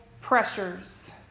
pressures